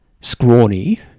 scrawny